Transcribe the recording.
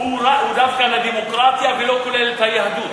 דווקא על הדמוקרטיה ולא כולל את היהדות?